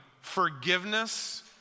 forgiveness